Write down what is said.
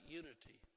unity